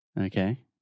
Okay